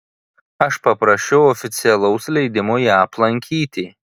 aš paprašiau oficialaus leidimo ją aplankyti